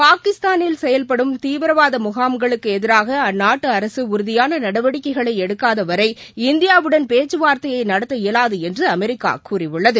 பாகிஸ்தானில் செயல்படும் தீவிரவாத முகாம்களுக்கு எதிராக அந்நாட்டு அரக உறுதியான நடவடிக்கைகளை எடுக்காத வரை இந்தியாவுடன் பேச்சுவார்தையை நடத்த இபவாது என்று அமெிக்க கூறியுள்ளது